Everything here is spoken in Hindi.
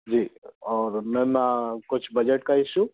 जी और मैम कुछ बजट का इशू